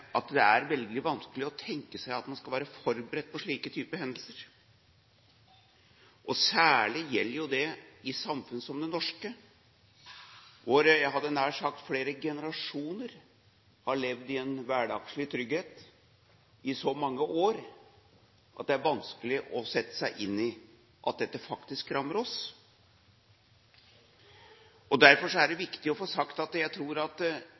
at det er veldig vanskelig å tenke seg at en skal være forberedt på en slik type hendelse. Særlig gjelder jo det i et samfunn som det norske, hvor flere generasjoner har levd i en hverdagslig trygghet i så mange år at det er vanskelig å sette seg inn i at dette faktisk rammer oss. Derfor er det viktig å få sagt at jeg tror at